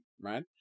right